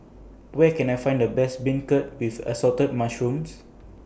Where Can I Find The Best Beancurd with Assorted Mushrooms